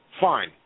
fine